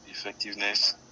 effectiveness